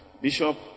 bishop